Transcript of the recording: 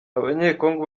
abanyekongo